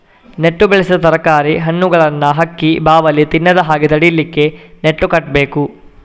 ನೆಟ್ಟು ಬೆಳೆಸಿದ ತರಕಾರಿ, ಹಣ್ಣುಗಳನ್ನ ಹಕ್ಕಿ, ಬಾವಲಿ ತಿನ್ನದ ಹಾಗೆ ತಡೀಲಿಕ್ಕೆ ನೆಟ್ಟು ಕಟ್ಬೇಕು